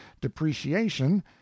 depreciation